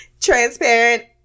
transparent